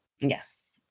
yes